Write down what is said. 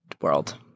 world